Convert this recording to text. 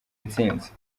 intsinzi